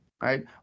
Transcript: right